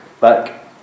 Back